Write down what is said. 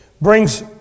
brings